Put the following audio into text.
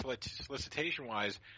solicitation-wise